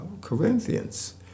Corinthians